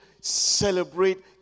celebrate